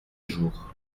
jours